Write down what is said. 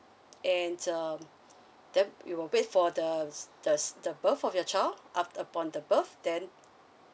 and um then we will wait for the the the birth of your child aft~ upon the birth then